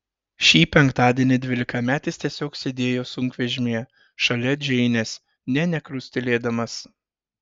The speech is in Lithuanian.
šį penktadienį dvylikametis tiesiog sėdėjo sunkvežimyje šalia džeinės nė nekrustelėdamas